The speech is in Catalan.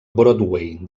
broadway